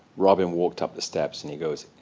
robin walked up the steps and he goes,